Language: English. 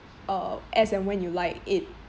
uh as and when you like it